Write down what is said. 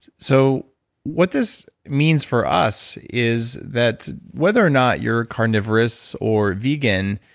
so what this means for us is that whether or not you're carnivorous or vegan,